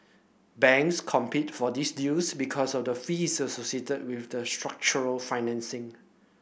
banks compete for these deals because of the fees associated with the structured financing